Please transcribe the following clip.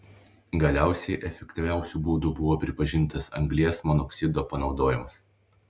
galiausiai efektyviausiu būdu buvo pripažintas anglies monoksido panaudojimas